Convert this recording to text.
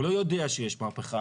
הוא לא יודע שיש מהפכה.